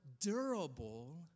durable